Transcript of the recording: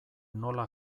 nola